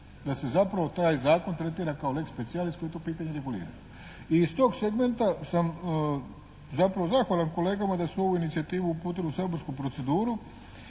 da se zapravo taj zakon tretira kao lex specialis koji to pitanje regulira. I iz tog segmenta sam zapravo zahvalan kolegama da su ovu inicijativu uputili u saborsku proceduru,